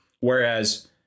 Whereas